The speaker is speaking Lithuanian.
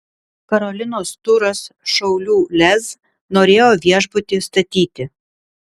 karolinos turas šiaulių lez norėjo viešbutį statyti